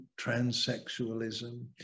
transsexualism